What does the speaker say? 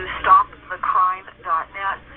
stopthecrime.net